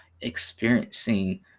experiencing